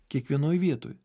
kiekvienoj vietoj